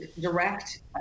direct